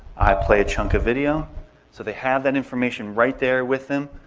i play a chunk of video so they have that information right there with them.